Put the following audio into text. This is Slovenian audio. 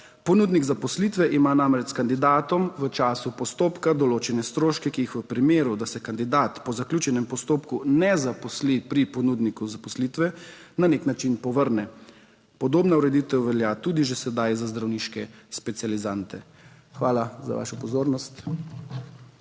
Ponudnik zaposlitve ima namreč s kandidatom v času postopka določene stroške, ki jih v primeru, da se kandidat po zaključenem postopku ne zaposli pri ponudniku zaposlitve, na nek način povrne. Podobna ureditev velja tudi že sedaj za zdravniške specializante. Hvala za vašo pozornost.